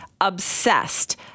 obsessed